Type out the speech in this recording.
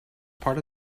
part